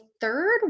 third